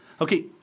Okay